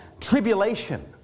tribulation